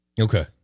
Okay